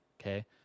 okay